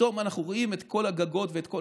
פתאום אנחנו רואים את כל הגגות מתמלאים.